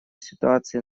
ситуации